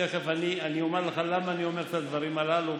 תכף אומר לך למה אני אומר את הדברים הללו,